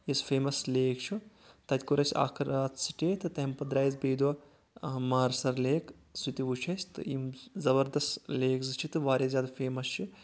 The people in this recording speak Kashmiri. یُس فیمس لیک چھُ تتہِ کوٚر اَسہِ اَکھ راتھ سٹے تہٕ تمہِ پتہٕ درٛایہِ أسۍ بیٚیہِ دۄہ مارسر لیک سُہ تہِ وُچھ اَسہِ یِم زبردس لیک زٕ چھِ تہِ واریاہ زیادٕ فیمس چھ